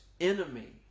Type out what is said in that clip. enemy